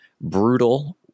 Brutal